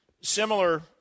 similar